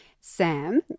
Sam